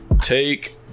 take